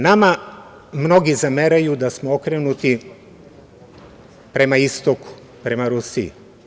Nama mnogi zameraju da smo okrenuti prema istoku, prema Rusiji.